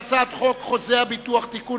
ההצעה להעביר את הצעת חוק חוזה הביטוח (תיקון,